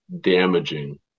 damaging